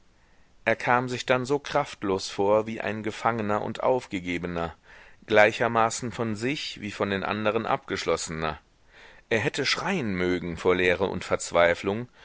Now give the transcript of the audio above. er kam sich dann so kraftlos vor wie ein gefangener und aufgegebener gleichermaßen von sich wie von den anderen abgeschlossener er hätte schreien mögen vor leere und verzweiflung